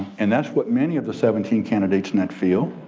and that's what many of the seventeen candidates in that field